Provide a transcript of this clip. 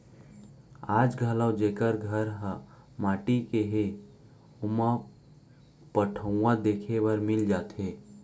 आज घलौ जेकर घर ह माटी के हे ओमा पटउहां देखे बर मिल जाथे